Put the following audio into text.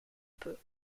peu